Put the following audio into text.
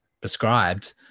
prescribed